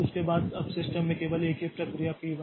उसके बाद अब सिस्टम में केवल एक ही प्रक्रिया है P 1